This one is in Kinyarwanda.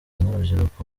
n’urubyiruko